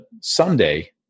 someday